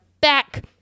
back